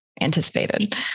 anticipated